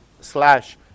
slash